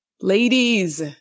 Ladies